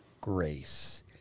Grace